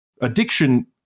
addiction